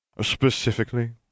Specifically